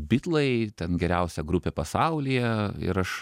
bitlai ten geriausia grupė pasaulyje ir aš